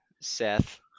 Seth